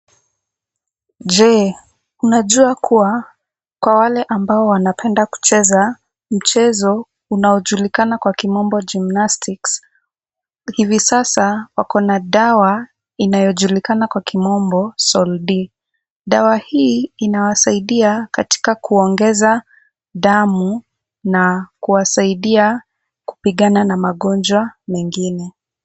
Je, unajua kuwa, kwa wale ambao wanapenda kucheza mchezo unaojulikana kwa kimombo gymnastics , hivi sasa wako na dawa inayojulikana kwa kimombo SOLD .D , dawa hii inawasaidia katika kuongeza damu na kuwasaidia kupigana na magonjwa mengine.